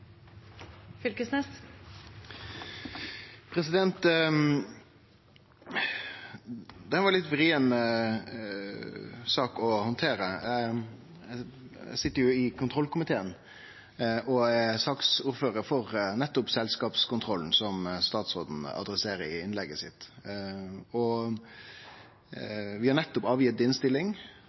var ei litt vrien sak å handtere. Eg sit i kontrollkomiteen og er saksordførar for nettopp saka om selskapskontrollen, som statsråden adresserer i innlegget sitt. Vi har nettopp lagt fram innstilling,